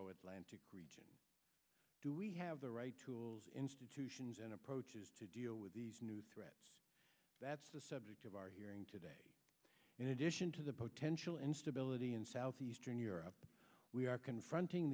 euro atlantic region do we have the right tools institutions and approaches to deal with these new threats that's the subject of our hearing today in addition to the potential instability in southeastern europe we are confronting